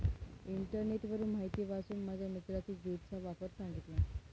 इंटरनेटवरून माहिती वाचून माझ्या मित्राने ज्यूटचा प्रकार सांगितला